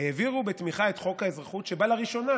העבירו בתמיכה את חוק האזרחות, שבו לראשונה